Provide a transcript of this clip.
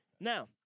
Now